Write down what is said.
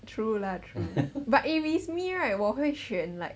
true lah true but if it's me right 我会选 like